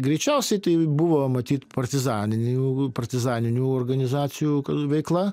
greičiausiai tai buvo matyt partizaninių partizaninių organizacijų veikla